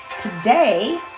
Today